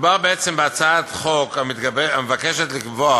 מדובר בעצם בהצעת חוק המבקשת לקבוע